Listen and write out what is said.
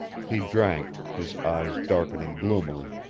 he drank, his eyes darkening gloomily.